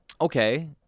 okay